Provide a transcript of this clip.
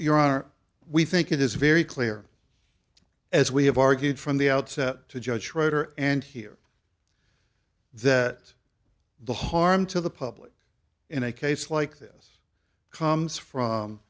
your honor we think it is very clear as we have argued from the outset to judge schroeder and here that the harm to the public in a case like this comes from